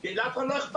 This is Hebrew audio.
כי לאף אחד לא אכפת